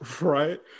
Right